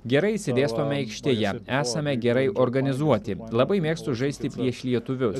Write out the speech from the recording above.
gerai išsidėstome aikštėje esame gerai organizuoti labai mėgstu žaisti prieš lietuvius